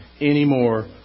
anymore